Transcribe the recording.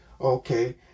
okay